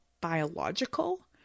biological